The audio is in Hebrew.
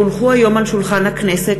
כי הונחו היום על שולחן הכנסת,